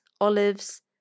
olives